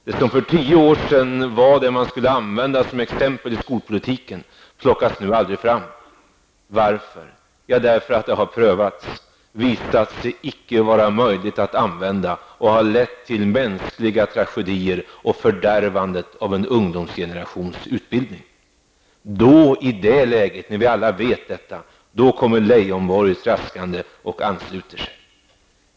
Det som för tio år användes som exempel för den svenska skolpolitiken plockas nu aldrig fram. Varför? Jo, därför att det har prövats och visat sig vara icke möjligt att använda. Det har lett till mänskliga tragedier och fördärvandet av en ungdomsgenerations utbildning. I det läge då vi alla vet detta kommer Leijonborg traskande och ansluter sig.